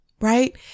Right